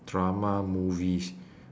drama movies